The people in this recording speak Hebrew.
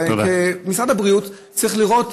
משרד הבריאות צריך לראות,